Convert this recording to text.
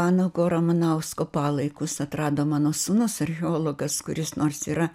vanago ramanausko palaikus atrado mano sūnus archeologas kuris nors yra